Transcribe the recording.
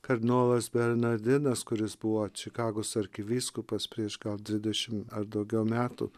kardinolas bernardinas kuris buvo čikagos arkivyskupas prieš gal dvidešim ar daugiau metų